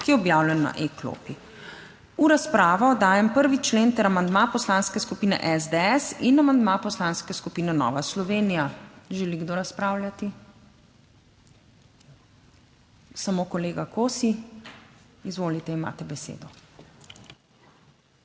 ki je objavljen na e-klopi. V razpravo dajem 1. člen ter amandma Poslanske skupine SDS in amandma Poslanske skupine Nova Slovenija. Želi kdo razpravljati? Samo kolega Kosi, izvolite, imate besedo.